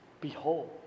Behold